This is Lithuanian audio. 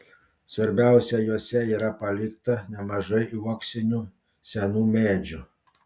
svarbiausia juose yra palikta nemažai uoksinių senų medžių